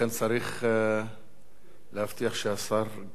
לכן, צריך להבטיח שהשר,